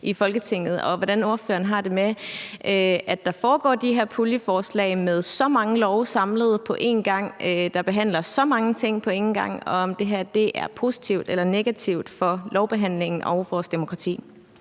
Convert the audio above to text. i Folketinget, og hvordan ordføreren har det med, at der kommer de her puljeforslag med så mange lovforslag samlet på en gang, der behandler så mange ting på en gang, og om det her er positivt eller negativt for lovbehandlingen og vores demokrati.